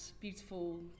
beautiful